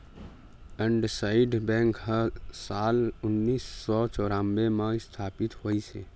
IndusInd bank ह साल उन्नीस सौ चैरानबे म इस्थापित होइस हे